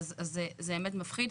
אז זה באמת מפחיד.